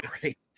great